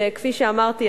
שכפי שאמרתי,